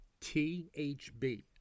T-H-B